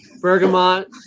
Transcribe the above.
bergamot